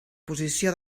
posició